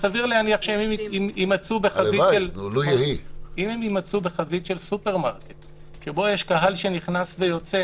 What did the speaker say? סביר להניח שאם הם יימצאו בחזית של סופרמרקט שבו יש קהל שנכנס ויוצא,